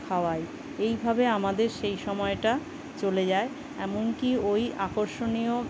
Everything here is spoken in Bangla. খাওয়াই এইভাবে আমাদের সেই সময়টা চলে যায় এমনকি ওই আকর্ষণীয়